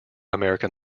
american